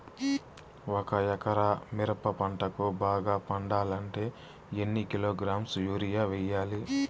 ఒక ఎకరా మిరప పంటకు బాగా పండాలంటే ఎన్ని కిలోగ్రామ్స్ యూరియ వెయ్యాలి?